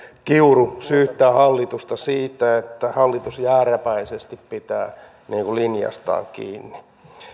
kiuru syyttää hallitusta siitä että hallitus jääräpäisesti pitää linjastaan kiinni